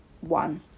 one